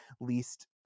least